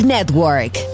Network